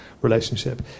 relationship